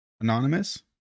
anonymous